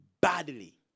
badly